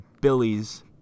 Billy's